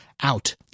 out